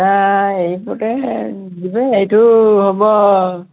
ହେନ୍ତା ଏଇ ପଟେ ଯିବୁ ଏଇଠୁ ହବ